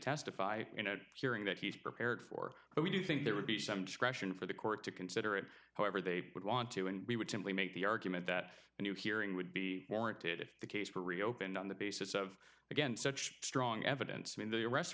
testify in a hearing that he's prepared for but we do think there would be some discretion for the court to consider it however they would want to and we would simply make the argument that a new hearing would be warranted if the case were reopened on the basis of again such strong evidence in the arrest